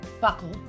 buckle